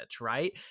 right